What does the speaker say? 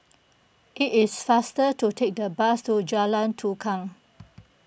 it is faster to take the bus to Jalan Tukang